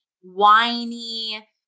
whiny